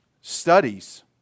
studies